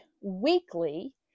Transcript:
weekly